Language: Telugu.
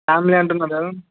ఫ్యామిలీ అంటున్నారు కదా